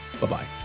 Bye-bye